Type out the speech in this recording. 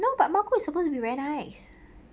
no but mount cook is supposed to be very nice